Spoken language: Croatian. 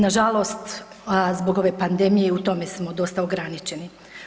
Na žalost zbog ove pandemije u tome smo dosta ograničeni.